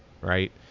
Right